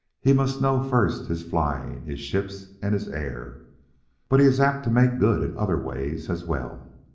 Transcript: he must know first his flying, his ships and his air but he is apt to make good in other ways as well.